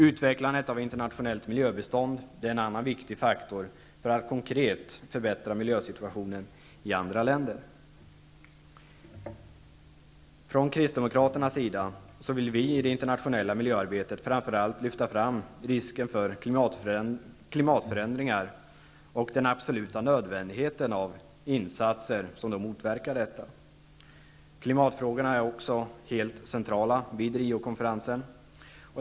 Utvecklandet av internationellt miljöbistånd är en annan viktig faktor för att konkret förbättra miljösituationen i andra länder. Från Kristdemokraternas sida vill vi i det internationella miljöarbetet lyfta fram framför allt risken för klimatförändringar och den absoluta nödvändigheten av insatser som motverkar detta. Klimatfrågorna är också helt centrala vid Riokonferensen.